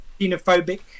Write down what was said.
xenophobic